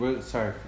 sorry